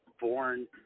born